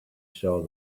saw